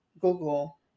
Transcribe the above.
Google